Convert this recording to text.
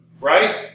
right